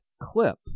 clip